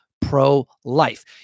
pro-life